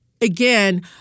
again